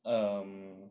um